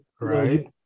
right